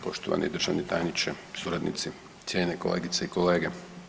Poštovani državni tajniče, suradnici, cijenjene kolegice i kolege.